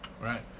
Right